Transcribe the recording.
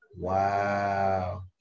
Wow